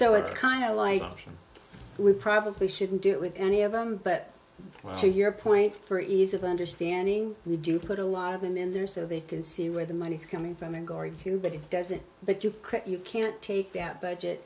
so it's kind of like we probably shouldn't do it with any of them but to your point for ease of understanding we do put a lot of them in there so they can see where the money's coming from and going to but it doesn't but you can't take that budget